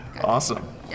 Awesome